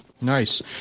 Nice